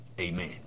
Amen